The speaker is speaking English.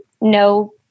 no